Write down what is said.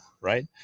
Right